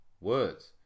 words